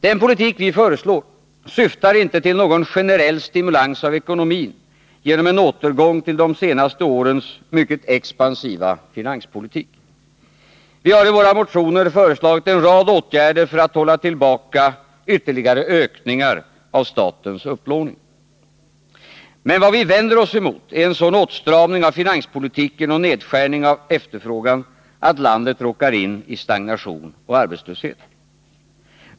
Den politik vi föreslår syftar inte till någon generell stimulans för ekonomin genom en återgång till de senaste årens mycket expansiva finanspolitik. Vi har i våra motioner föreslagit en rad åtgärder för att hålla tillbaka ytterligare ökningar av statsupplåningen. Men vad vi vänder oss mot är en sådan åtstramning av finanspolitiken och nedskärning av efterfrågan att landet råkar in i ekonomisk stagnation och ökad arbetslöshet.